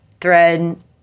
thread